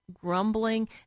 grumbling